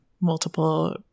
multiple